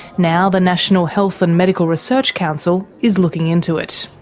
now the national health and medical research council is looking into it.